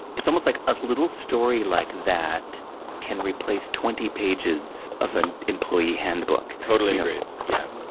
it's almost like, a little story like that can replace twenty pages of an employee handbook. totally agree, yeah.